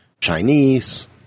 Chinese